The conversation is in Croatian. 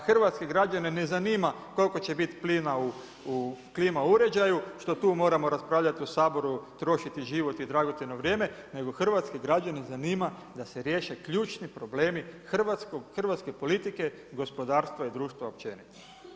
A hrvatske građane ne zanima koliko će biti plina u klima uređaju što tu moramo raspravljati u Saboru, trošiti život i dragocjeno vrijeme, nego hrvatske građane zanima da se riješe ključni problemi hrvatske politike, gospodarstva i društva općenito.